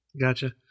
Gotcha